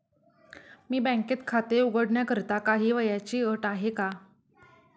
बँकेत खाते उघडण्याकरिता काही वयाची अट आहे का?